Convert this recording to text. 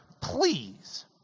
please